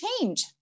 change